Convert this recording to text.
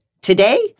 today